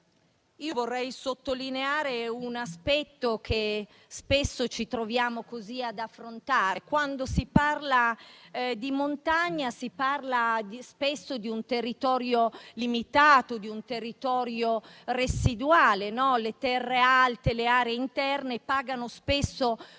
Vorrei sottolineare un aspetto che spesso ci troviamo ad affrontare: quando si parla di montagna, si parla spesso di un territorio limitato e residuale, per cui le terre alte e le aree interne pagano spesso una visione